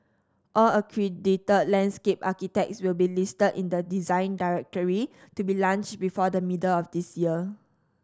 all accredited landscape architects will be listed in the Design Directory to be launched before the middle of this year